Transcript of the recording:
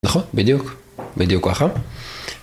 נכון, בדיוק. בדיוק ככה.